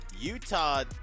Utah